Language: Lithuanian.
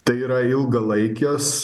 tai yra ilgalaikės